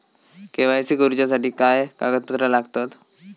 KYC करूच्यासाठी काय कागदपत्रा लागतत?